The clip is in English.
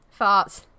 Farts